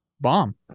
Bomb